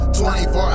24